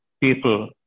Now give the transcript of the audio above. people